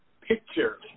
picture